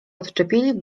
odczepili